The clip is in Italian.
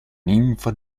ninfa